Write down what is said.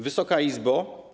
Wysoka Izbo!